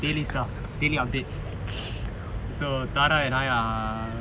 daily stuff daily updates so tara and I are